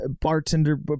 bartender